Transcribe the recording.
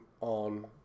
on